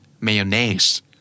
Mayonnaise